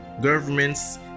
governments